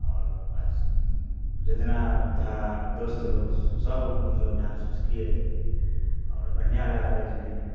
और जितना था दोस्त लोग सब मतलब डांस उन्स किए थे और बढ़िया लगा देखने में